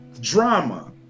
drama